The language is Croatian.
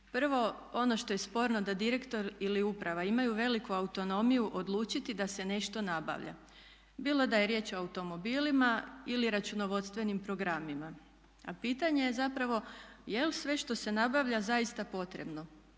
Prvo ono što je sporno da direktor ili uprava imaju veliku autonomiju odlučiti da se nešto nabavlja bilo da je riječ o automobilima ili računovodstvenim programima, a pitanje je zapravo jel' sve što se nabavlja zaista potrebno,